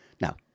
Now